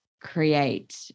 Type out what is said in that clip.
create